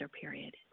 period